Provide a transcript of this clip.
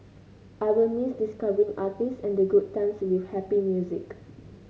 I will miss discovering artists and the good times with happy music